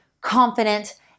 confident